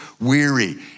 weary